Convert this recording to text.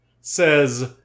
says